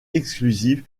exclusive